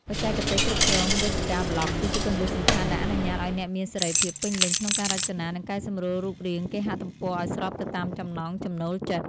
បច្ចេកទេសគ្រប់គ្រងវេទិកាប្លក់ គឺជាគន្លឹះសំខាន់ដែលអនុញ្ញាតឱ្យអ្នកមានសេរីភាពពេញលេញក្នុងការរចនា និងកែសម្រួលរូបរាងគេហទំព័រឱ្យស្របទៅតាមចំណង់ចំណូលចិត្ត។